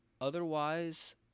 otherwise